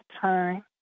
time